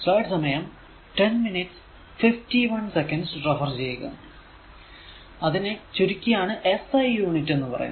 അതിനെ ചുരുക്കിയാണ് യൂണിറ്റ് എന്ന് പറയുന്നത്